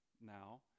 now